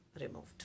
removed